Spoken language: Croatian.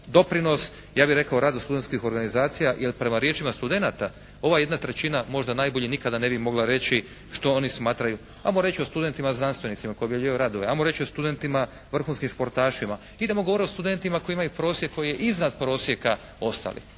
doprinos ja bih rekao radu studenskih organizacija, jer prema riječima studenata ova 1/3 možda najbolje nikada ne bi mogla reći što oni smatraju ajmo reći o studentima znanstvenicima koji objavljivaju radove, ajmo reći o studentima vrhunskim športašima. Idemo govoriti o studentima koji imaju prosjek koji je iznad prosjeka ostalih.